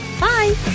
Bye